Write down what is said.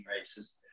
races